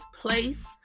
place